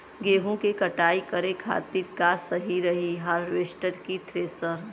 गेहूँ के कटाई करे खातिर का सही रही हार्वेस्टर की थ्रेशर?